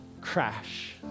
crash